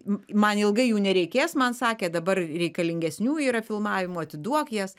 man ilgai jų nereikės man sakė dabar reikalingesnių yra filmavimo atiduok jas